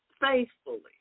faithfully